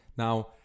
Now